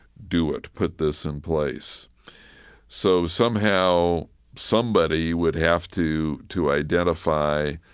do it. put this in place so somehow somebody would have to to identify,